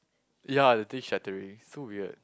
ya the thing shattering so weird